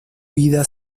vida